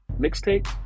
mixtape